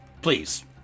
Please